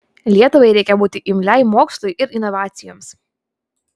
lietuvai reikia būti imliai mokslui ir inovacijoms